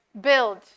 build